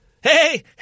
Hey